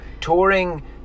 touring